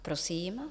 Prosím.